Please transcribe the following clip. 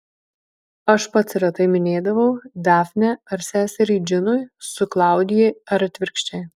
aš pats retai minėdavau dafnę ar seserį džinui su klaudija ar atvirkščiai